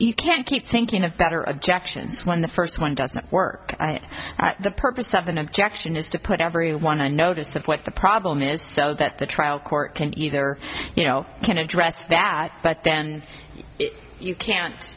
you can't keep thinking of better objections when the first one doesn't work the purpose of than objection is to put every one a notice of what the problem is so that the trial court can either you know can address that but then you can't